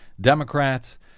Democrats